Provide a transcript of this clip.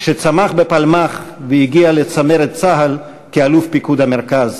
שצמח בפלמ"ח והגיע לצמרת צה"ל כאלוף פיקוד המרכז,